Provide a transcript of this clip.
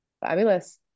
Fabulous